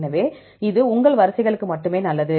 எனவே இது உங்கள் வரிசைகளுக்கு மட்டுமே நல்லது